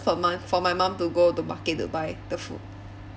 for my for my mum to go to market to buy the food